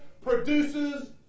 produces